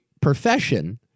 profession